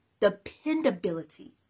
dependability